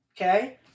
okay